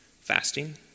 fasting